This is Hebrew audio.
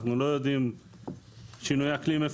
אנחנו לא יודעים שינויי אקלים איפה